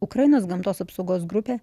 ukrainos gamtos apsaugos grupė